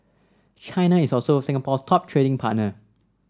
China is also Singapore's top trading partner